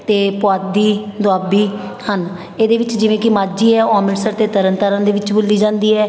ਅਤੇ ਪੁਆਧੀ ਦੁਆਬੀ ਹਨ ਇਹਦੇ ਵਿੱਚ ਜਿਵੇਂ ਕਿ ਮਾਝੀ ਹੈ ਉਹ ਅੰਮ੍ਰਿਤਸਰ ਅਤੇ ਤਰਨ ਤਾਰਨ ਦੇ ਵਿੱਚ ਬੋਲੀ ਜਾਂਦੀ ਹੈ